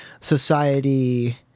society